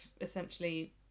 essentially